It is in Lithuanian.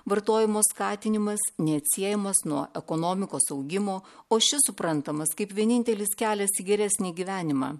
vartojimo skatinimas neatsiejamas nuo ekonomikos augimo o šis suprantamas kaip vienintelis kelias į geresnį gyvenimą